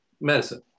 medicine